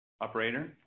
Operator